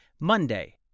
Monday